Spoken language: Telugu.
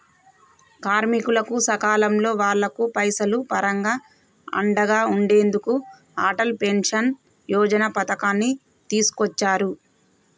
కార్మికులకు సకాలంలో వాళ్లకు పైసలు పరంగా అండగా ఉండెందుకు అటల్ పెన్షన్ యోజన పథకాన్ని తీసుకొచ్చారు